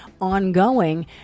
ongoing